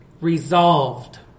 resolved